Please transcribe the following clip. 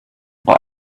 but